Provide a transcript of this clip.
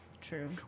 True